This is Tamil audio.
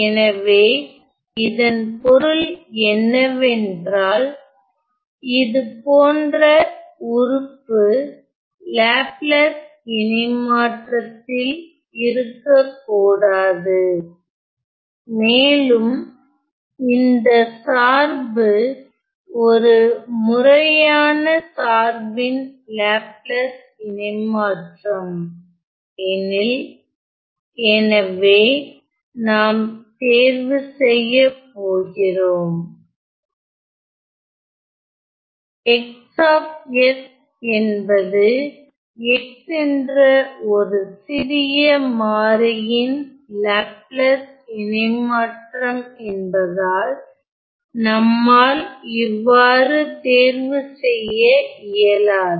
எனவே இதன் பொருள் என்னவென்றால் இதுபோன்ற உறுப்பு லாப்லேஸ் இணைமாற்றத்தில் இருக்கக்கூடாது மேலும் இந்த சார்பு ஒரு முறையான சார்பின் லாப்லேஸ் இணைமாற்றம் எனில் எனவே நாம் தேர்வு செய்யப் போகிறோம் x என்பது x என்ற ஒரு சிறிய மாறியின் லாப்லாஸ் இணைமாற்றம் என்பதால் நம்மால் இவ்வாறு தேர்வு செய்ய இயலாது